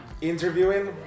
Interviewing